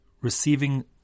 receiving